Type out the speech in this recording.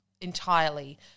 entirely